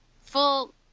full